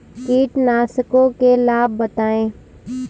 कीटनाशकों के लाभ बताएँ?